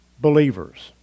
believers